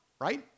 right